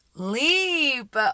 Leap